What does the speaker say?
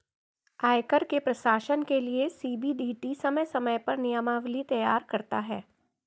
आयकर के प्रशासन के लिये सी.बी.डी.टी समय समय पर नियमावली तैयार करता है